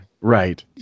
Right